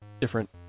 different